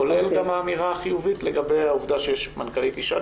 כולל גם האמירה חיובית לגבי העובדה שיש מנכ"לית אישה.